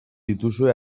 dituzue